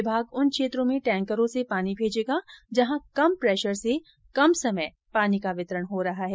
विमाग उन क्षेत्रों में टैंकरों से पानी भेजेगा जहां कम प्रेशर से कम समय पानी का वितरण हो रहा है